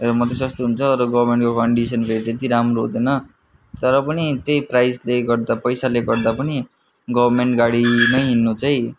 ए मतलब मात्रै सस्तो हुन्छ अरू गभर्मेन्टको कन्डिसन फेरि त्यति राम्रो हुँदैन तर पनि त्यही प्राइजले गर्दा पैसाले गर्दा पनि गभर्मेन्ट गाडीमै हिँड्नु चाहिँ